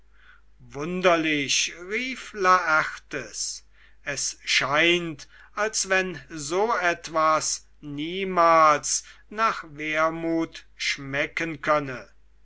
wunderlich rief laertes es scheint als wenn so etwas niemals nach wermut schmecken könne